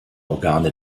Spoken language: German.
organe